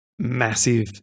Massive